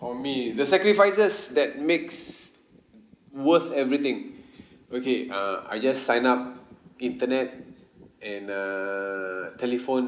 for me the sacrifices that makes worth everything okay uh I just sign up internet and err telephone